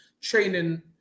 training